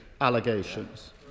allegations